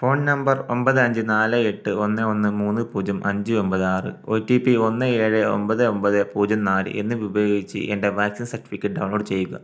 phone number ഒമ്പത് അഞ്ച് നാല് എട്ട് ഒന്ന് ഒന്ന് മൂന്ന് പൂജ്യം അഞ്ച് ഒമ്പത് ആറ് ഒ ടി പി ഒന്ന് ഏഴ് ഒമ്പത് ഒമ്പത് പൂജ്യം നാല് എന്നിവ ഉപയോഗിച്ച് എൻ്റെ വാക്സിൻ സർട്ടിഫിക്കറ്റ് ഡൗൺലോഡ് ചെയ്യുക